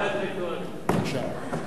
בבקשה.